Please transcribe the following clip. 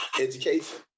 education